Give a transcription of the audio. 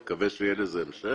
אני מקווה שיהיה לזה המשך.